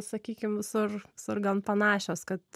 sakykim visur visur gan panašios kad